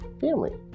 Family